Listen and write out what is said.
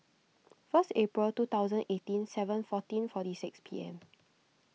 first April two thousand eighteen seven fourteen forty six P M